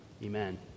Amen